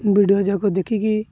video ଯାକ ଦେଖିକି